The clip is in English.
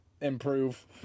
improve